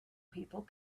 people